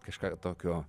kažką tokio